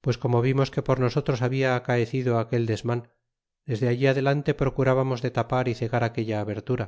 pues como vimos que por nosotros habia acaecido aquel desman desde allí adelante p rocurábamos de tapar y cegar aquella abertura